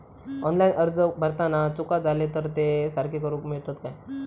Online अर्ज भरताना चुका जाले तर ते सारके करुक मेळतत काय?